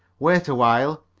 wait a while.